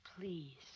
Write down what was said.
please